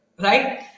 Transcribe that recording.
Right